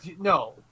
no